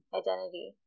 identity